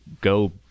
go